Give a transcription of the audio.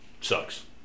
Sucks